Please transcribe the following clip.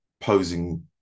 posing